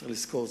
צריך לזכור,